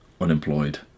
unemployed